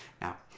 now